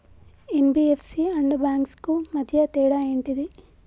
NBFC and banks కు మధ్య తేడా ఏంటిది?